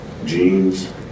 Jeans